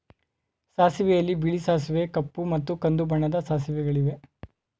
ಸಾಸಿವೆಯಲ್ಲಿ ಬಿಳಿ ಸಾಸಿವೆ ಕಪ್ಪು ಮತ್ತು ಕಂದು ಬಣ್ಣದ ಸಾಸಿವೆಗಳಿವೆ